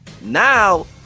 now